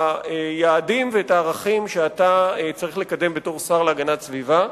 היעדים שאתה צריך לקדם בתור שר להגנת סביבה.